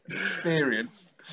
Experienced